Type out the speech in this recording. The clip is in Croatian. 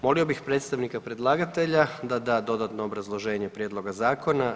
Molio bih predstavnika predlagatelja da da dodatno obrazloženje prijedloga zakona.